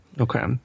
Okay